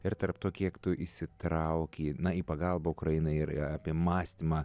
ir tarp to kiek tu įsitrauki į pagalbą ukrainai ir apie mąstymą